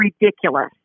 ridiculous